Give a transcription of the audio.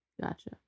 Gotcha